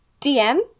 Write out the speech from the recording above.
DM